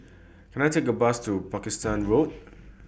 Can I Take A Bus to Pakistan Road